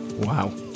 wow